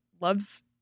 loves